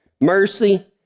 mercy